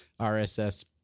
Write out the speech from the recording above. RSS